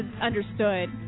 understood